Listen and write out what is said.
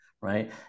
right